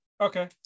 Okay